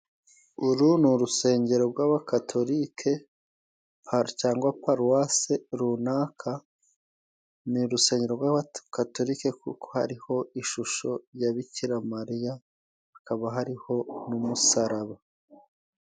Uru ni urusengero rw'abakatolika cyangwa paruwase runaka ni urusengero rw'abagatolika kuko hariho ishusho ya bikiramariya hakaba hariho n'umusaraba.